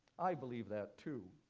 i believe that, too.